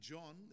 John